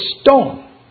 stone